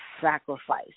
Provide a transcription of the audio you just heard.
sacrifice